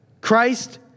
Christ